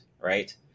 right